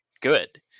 good